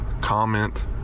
comment